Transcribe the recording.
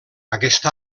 aquest